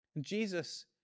Jesus